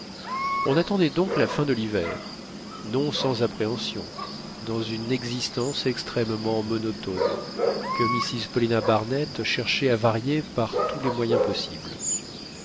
on attendait donc la fin de l'hiver non sans appréhension dans une existence extrêmement monotone que mrs paulina barnett cherchait à varier par tous les moyens possibles